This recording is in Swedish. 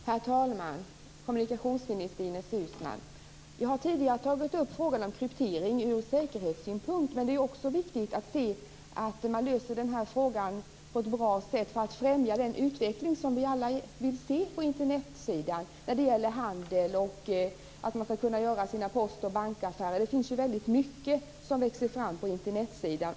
Herr talman! Jag har tidigare tagit upp frågan om kryptering ur säkerhetssynpunkt. Men det är också viktigt att man löser frågan på ett bra sätt för att främja den utveckling som vi alla vill se på Internetområdet när det gäller handel och att man skall kunna utföra sina post och bankärenden. Det finns ju väldigt mycket som växer fram inom Internet.